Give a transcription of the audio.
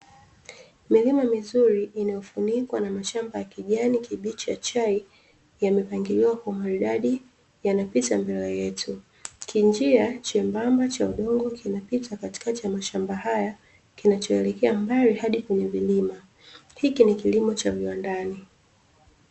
Milima mizuri inayofunikwa na mashamba ya kijani kibichi ya chai, yamepangiliwa kwa maridadi yanapita mbele yetu. Kinjia chembamba cha udongo kinapita katikati ya mashamba haya kinachoelekea mbali hadi kwenye vilima. Hiki nikilimo cha viwandani.